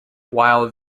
while